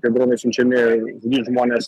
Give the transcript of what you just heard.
kai dronai siunčiami į žmones